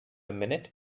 minute